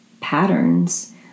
patterns